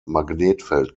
magnetfeld